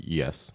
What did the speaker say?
yes